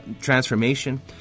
transformation